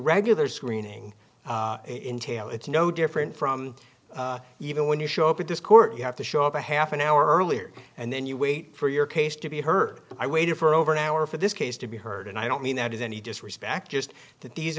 regular screening in tail it's no different from even when you show up at this court you have to show up a half an hour earlier and then you wait for your case to be heard i waited for over an hour for this case to be heard and i don't mean that is any disrespect just th